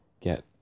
get